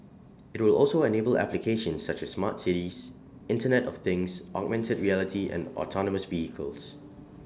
IT will also enable applications such as smart cities Internet of things augmented reality and autonomous vehicles